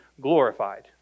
glorified